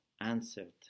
answered